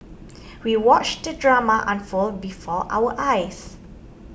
we watched the drama unfold before our eyes